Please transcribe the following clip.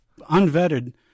unvetted